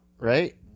right